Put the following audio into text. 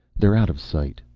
they're out of sight.